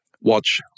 watch